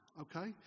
okay